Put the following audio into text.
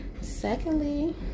Secondly